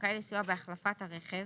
זכאי לסיוע בהחלפת הרכב